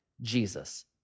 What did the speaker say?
Jesus